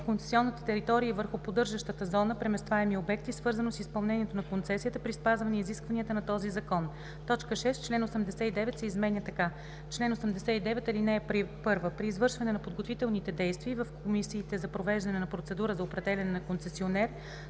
концесионната територия и върху поддържащата зона преместваеми обекти, свързани с изпълнението на концесията при спазване изискванията на този закон.“ 6. Член 89 се изменя така: „Чл. 89. (1) При извършване на подготвителните действия и в комисиите за провеждане на процедура за определяне на концесионер